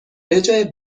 بجای